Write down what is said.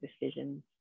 decisions